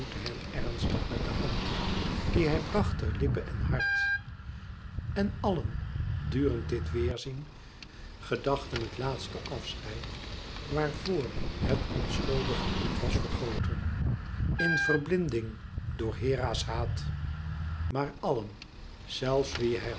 ernstig met de hand die hij bracht ter lippen en hart en allen durend dit wederzien gedachten het laatste afscheid waar vor het onschuldige bloed was vergoten in verblinding door hera's haat maar allen zelfs wie hij